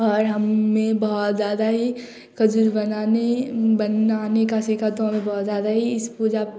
और हममें बहुत ज़्यादा ही खजूर बनाने बनाने का सीखा तो हमें बहुत ज़्यादा ही इस पूजा